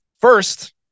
First